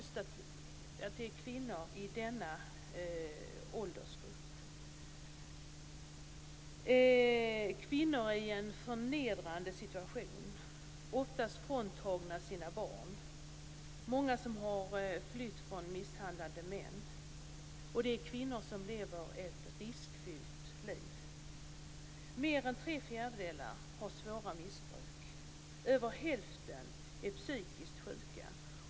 Det är alltså kvinnor i den här åldersgruppen. Kvinnorna är i en förnedrande situation. Oftast är de fråntagna sina barn. Många har flytt från misshandlande män. Det är kvinnor som lever ett riskfyllt liv. Mer än tre fjärdedelar har svåra missbruksproblem. Över hälften är psykiskt sjuka.